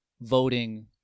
voting